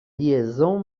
liaison